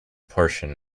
portion